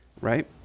right